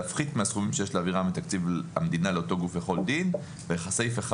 להפחית מהסכומים שיש להעבירם מתקציב המדינה לאותו גוף לפי כל דין: (1)